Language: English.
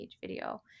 video